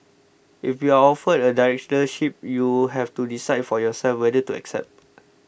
if you are offered a Directorship you have to decide for yourself whether to accept